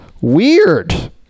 Weird